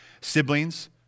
siblings